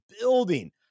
building